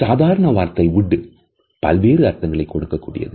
சாதாரண வார்த்தை "Wood" பல்வேறு அர்த்தங்களை கொடுக்கக்கூடியது